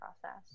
process